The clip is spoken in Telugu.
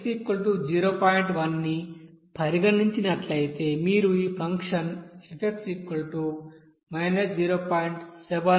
1 ని పరిగణించినట్లయితే మీరు ఈ ఫంక్షన్ f 0